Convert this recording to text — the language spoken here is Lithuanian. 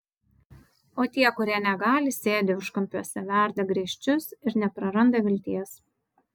o tie kurie negali sėdi užkampiuose verda griežčius ir nepraranda vilties